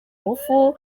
ngufu